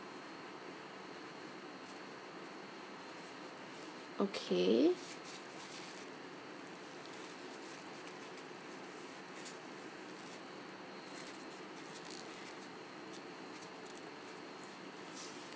okay